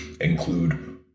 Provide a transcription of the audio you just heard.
include